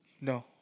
No